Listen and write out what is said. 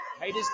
haters